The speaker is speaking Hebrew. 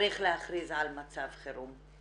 צריך להכריז על מצב חירום.